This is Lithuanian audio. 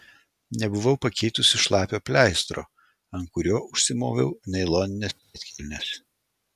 nebuvau pakeitusi šlapio pleistro ant kurio užsimoviau nailonines pėdkelnes